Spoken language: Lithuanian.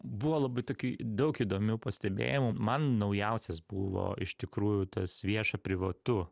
buvo labai tokių daug įdomių pastebėjimų man naujausias buvo iš tikrųjų tas vieša privatu